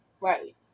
Right